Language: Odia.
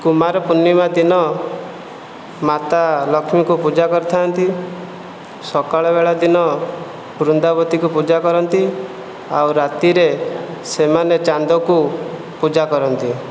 କୁମାର ପୂର୍ଣ୍ଣିମା ଦିନ ମାତା ଲକ୍ଷ୍ମୀଙ୍କୁ ପୂଜା କରିଥାନ୍ତି ସକାଳ ବେଳା ଦିନ ବୃନ୍ଦାବତୀକୁ ପୂଜା କରନ୍ତି ଆଉ ରାତିରେ ସେମାନେ ଚାନ୍ଦକୁ ପୂଜା କରନ୍ତି